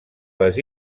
les